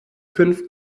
fünf